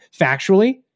factually